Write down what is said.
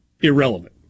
irrelevant